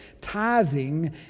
tithing